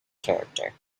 character